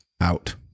out